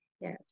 Yes